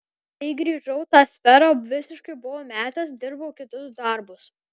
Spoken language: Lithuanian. kai grįžau tą sferą visiškai buvau metęs dirbau kitus darbus